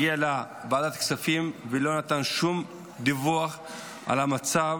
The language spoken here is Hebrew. הגיע לוועדת הכספים ולא נתן שום דיווח על המצב